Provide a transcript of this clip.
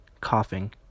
coughing